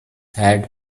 had